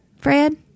fred